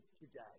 today